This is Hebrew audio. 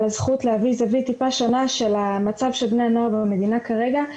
הזכות להביא זווית טיפה שונה של המצב של בני הנוער במדינה כרגע,